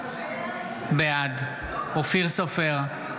בעד אופיר סופר,